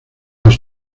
los